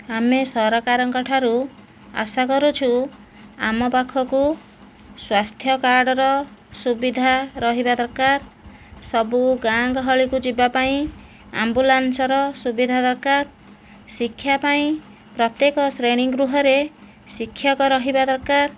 ଆମେ ସରକାରଙ୍କଠାରୁ ଆଶା କରୁଛୁ ଆମ ପାଖକୁ ସ୍ବାସ୍ଥ୍ୟ କାର୍ଡ଼ର ସୁବିଧା ରହିବା ଦରକାର ସବୁ ଗାଁ ଗହଳିକୁ ଯିବା ପାଇଁ ଆମ୍ବୁଲାନ୍ସର ସୁବିଧା ଦରକାର ଶିକ୍ଷା ପାଇଁ ପ୍ରତ୍ୟେକ ଶ୍ରେଣୀ ଗୃହରେ ଶିକ୍ଷକ ରହିବା ଦରକାର